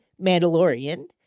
Mandalorian